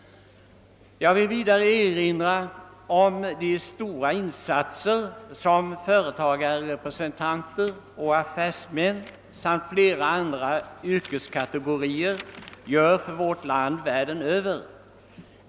Jag vill vidare erinra om de stora insatser som företagsrepresentanter och affärsmän samt flera andra yrkeskategorier gör för vårt land världen över.